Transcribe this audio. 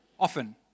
Often